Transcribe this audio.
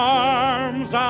arms